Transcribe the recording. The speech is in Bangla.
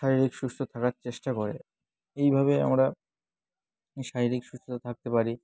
শারীরিক সুস্থ থাকার চেষ্টা করে এইভাবে আমরা শারীরিক সুস্থতা থাকতে পারি